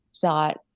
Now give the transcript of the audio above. thought